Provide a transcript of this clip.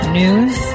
news